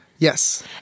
Yes